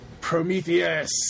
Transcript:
Prometheus